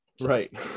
Right